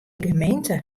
gemeente